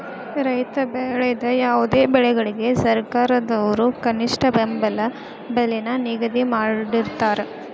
ರೈತ ಬೆಳೆದ ಯಾವುದೇ ಬೆಳೆಗಳಿಗೆ ಸರ್ಕಾರದವ್ರು ಕನಿಷ್ಠ ಬೆಂಬಲ ಬೆಲೆ ನ ನಿಗದಿ ಮಾಡಿರ್ತಾರ